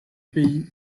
pays